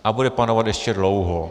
A bude panovat ještě dlouho.